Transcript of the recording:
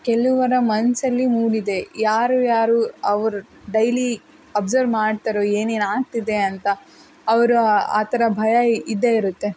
ಕೆಲವರ ಮನಸ್ಸಲ್ಲಿ ಮೂಡಿದೆ ಯಾರು ಯಾರು ಅವ್ರು ಡೈಲಿ ಅಬ್ಸರ್ವ್ ಮಾಡ್ತಾರೋ ಏನೇನು ಆಗ್ತಿದೆ ಅಂತ ಅವರು ಆ ಥರ ಭಯ ಇದ್ದೇ ಇರುತ್ತೆ